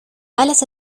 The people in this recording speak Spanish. alas